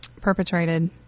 perpetrated